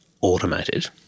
automated